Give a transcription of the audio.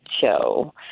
show